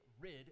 rid